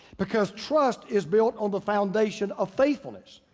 because trust is built on the foundation of faithfulness.